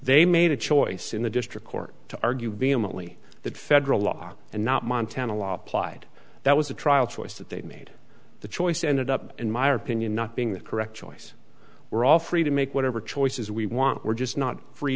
they made a choice in the district court to argue vehemently that federal law and not montana law applied that was a trial choice that they made the choice ended up in my opinion not being the correct choice we're all free to make whatever choices we want we're just not free